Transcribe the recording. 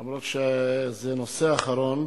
למרות שזה הנושא האחרון